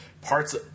parts